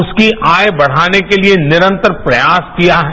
उसकी आय बढ़ाने के लिए निरंतर प्रयास किया है